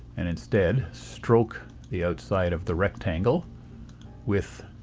and, instead, stroke the outside of the rectangle with